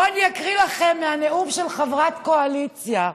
בואו ואקריא לכם מהנאום של חברת קואליציה: